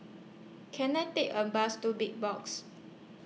Can I Take A Bus to Big Box